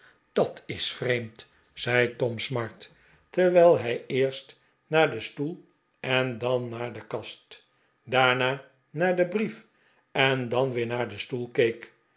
dat is vreemd zei tom smart terwijl hij eerst naar den stoel en dan naar de kast daarna naar den brief en dan weer naar den stoel